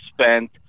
spent